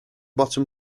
bottom